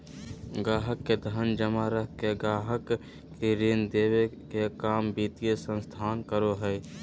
गाहक़ के धन जमा रख के गाहक़ के ऋण देबे के काम वित्तीय संस्थान करो हय